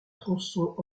tronçons